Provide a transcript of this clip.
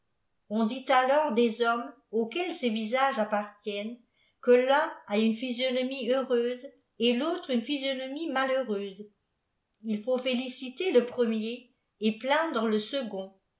on dit alors des hommes auxquels ce visages appartiennent que tun a une physionomie heureuse et tautre une physionomie malheureuse il faut féliciter le premier et plaindre le second